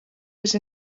was